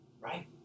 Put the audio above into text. Right